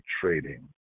trading